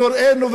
אנחנו הראינו,